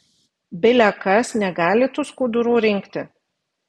bile kas negali tų skudurų rinkti